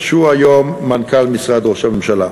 שהוא היום מנכ"ל משרד ראש הממשלה.